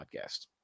podcast